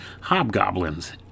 Hobgoblins